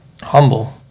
humble